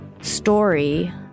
Story